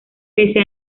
pese